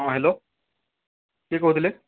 ହଁ ହ୍ୟାଲୋ କିଏ କହୁଥିଲେ